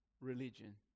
religion